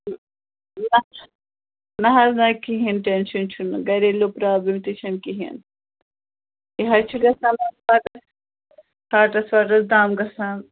نہَ نہَ حظ نہَ کِہیٖنٛۍ ٹیٚنشن چھُنہٕ گَریلوٗ پرٛابلِم تہِ چھےٚ نہٕ کِہیٖنٛۍ یہِ حظ چھُ گژھان ہاٹس ہاٹس واٹس دَم گژھان